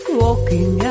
walking